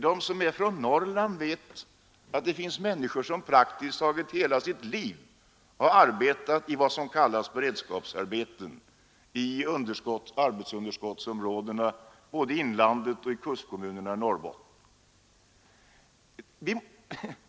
De som är från Norrland vet att det finns människor som praktiskt taget i hela sitt liv har arbetat i vad som kallas beredskapsarbeten i arbetsunderskottsområdena, både i inlandet och i kustkommunerna i Norrbotten.